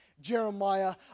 Jeremiah